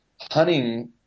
hunting